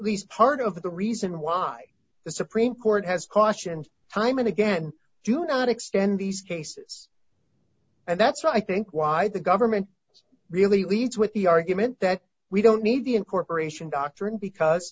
least part of the reason why the supreme court has cautioned time and again do not extend these cases and that's why i think why the government really leads with the argument that we don't need the incorporation doctrine because